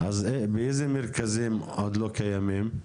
אז באיזה מרכזים עוד לא קיימים?